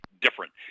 different